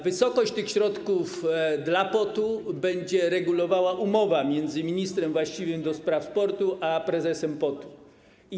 Wysokość tych środków dla POT-u będzie regulowała umowa między ministrem właściwym do spraw sportu a prezesem POT-u.